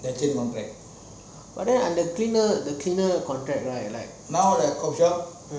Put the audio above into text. actually not bad but then the cleaner the cleaner contract one right